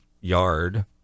yard